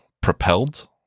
propelled